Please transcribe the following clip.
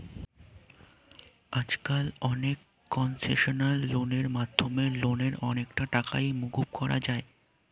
আজকাল অনেক কনসেশনাল লোনের মাধ্যমে লোনের অনেকটা টাকাই মকুব করা যায়